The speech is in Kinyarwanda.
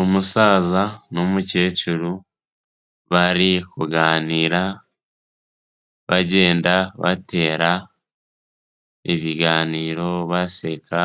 Umusaza n'umukecuru, bari kuganira bagenda batera ibiganiro baseka,